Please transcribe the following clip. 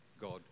god